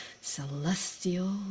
celestial